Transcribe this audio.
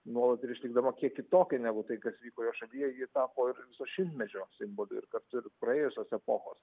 nuolat ir išlikdama kiek kitokia negu tai kas vyko jos šalyjeji tapo ir viso šimtmečio simboliu ir kartu ir praėjusios epochos